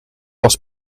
was